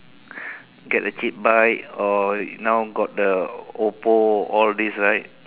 get a cheap bike or now got the Ofo all these right